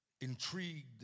Intrigued